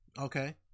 Okay